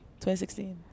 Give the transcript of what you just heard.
2016